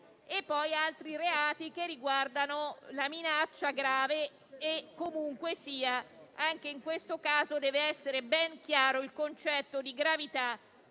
e poi altri reati che riguardano la minaccia grave (comunque sia, anche in questo caso deve essere ben chiaro il concetto di gravità